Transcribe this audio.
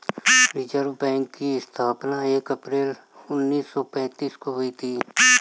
reserve bank की स्थापना एक अप्रैल उन्नीस सौ पेंतीस को हुई थी